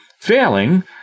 failing